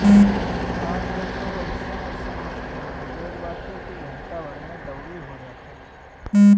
आज कल त अइसन अइसन मशीन आगईल बाटे की घंटा भर में दवरी हो जाता